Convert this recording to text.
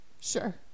sure